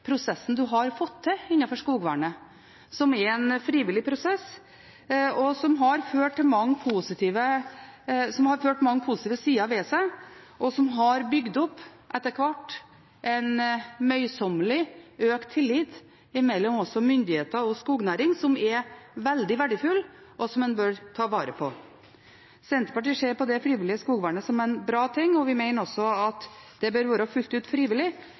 prosessen en har fått til innenfor skogvernet, som er en frivillig prosess, som har hatt mange positive sider ved seg, og som, etter hvert, møysommelig har bygd opp en økt tillit mellom myndigheter og skognæring som er veldig verdifull, og som en bør ta vare på. Senterpartiet ser på det frivillige skogvernet som en bra ting, og vi mener også at det fullt ut bør være